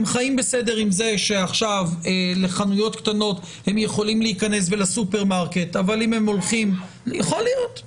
הם בסדר עם זה שעכשיו לחנויות קטנות ולסופרמרקט הם יכולים להיכנס.